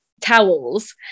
towels